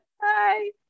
Hi